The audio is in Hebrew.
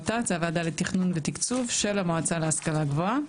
ות"ת זו הוועדה לתכנון ותקצוב של המועצה להשכלה גבוהה.